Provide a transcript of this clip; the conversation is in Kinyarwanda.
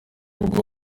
ubwo